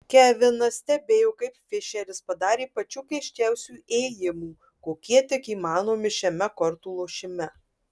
kevinas stebėjo kaip fišeris padarė pačių keisčiausių ėjimų kokie tik įmanomi šiame kortų lošime